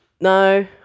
No